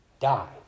die